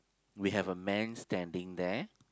we have a man standing there